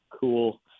cool